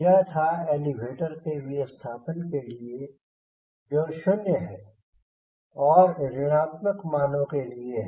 यह था एलीवेटर के विस्थापन के लिए जो शून्य है और ऋणात्मक मानों के लिए है